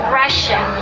russia